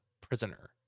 prisoner